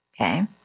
Okay